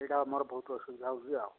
ଏଇଟା ମୋର ବହୁତ ଅସୁବିଧା ହେଉଛି ଆଉ